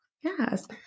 Yes